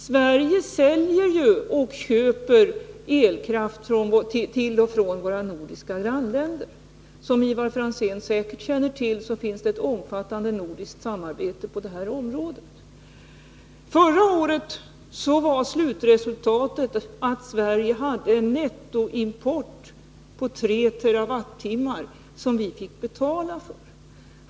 Sverige säljer och köper elkraft till och från våra nordiska grannländer. Som Ivar Franzén säkert känner till finns det ett omfattande nordiskt samarbete på det här området. Förra året var slutresultatet att Sverige hade en nettoimport på 3 TWh, som vi fick betala för.